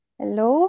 hello